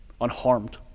unharmed